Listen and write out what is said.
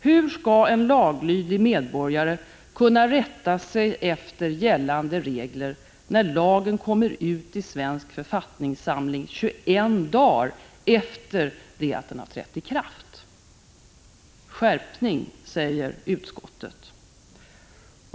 Hur skall en laglydig medborgare kunna rätta sig efter gällande regler, när lagen offentliggörs i Svensk författningssamling 21 dagar efter det att den har trätt i kraft? Skärpning! säger utskottet.